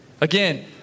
Again